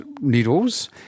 needles